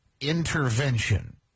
intervention